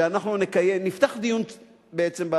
שאנחנו נפתח דיון בעצם,